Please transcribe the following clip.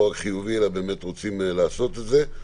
לא רק חיובי, אלא באמת רוצים לעשות את זה.